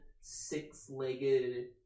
six-legged